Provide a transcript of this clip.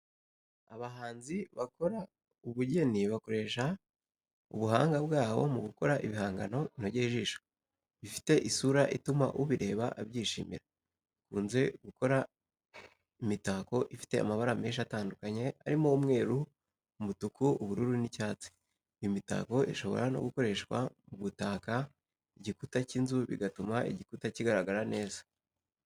Abahanzi bakora ubugeni bakoresha ubuhanga bwabo mu gukora ibihangano binogeye ijisho, bifite isura ituma ubireba abyishimira. Bakunze gukora imitako ifite amabara menshi atandukanye arimo: umweru, umutuku, ubururu n'icyatsi. Iyi mitako ishobora no gukoreshwa mu gutaka igikuta cy'inzu, bigatuma igikuta kigaragara neza.